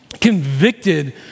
convicted